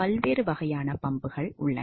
பல்வேறு வகையான பம்புகள் உள்ளன